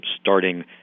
starting